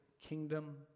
kingdom